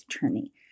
journey